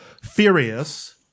furious